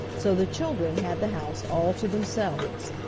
so the children had the house all to themselves.